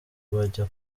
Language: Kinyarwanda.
bajya